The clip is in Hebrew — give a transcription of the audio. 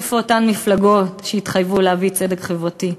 איפה אותן מפלגות שהתחייבו להביא צדק חברתי?